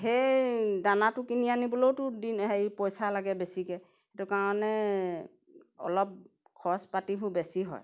সেই দানাটো কিনি আনিবলেওতো দি হেৰি পইচা লাগে বেছিকৈ সেইটো কাৰণে অলপ খৰচ পাতিবোৰ বেছি হয়